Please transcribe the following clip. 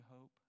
hope